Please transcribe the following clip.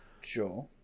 Sure